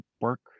work